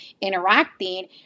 interacting